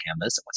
canvas